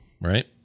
right